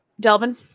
Delvin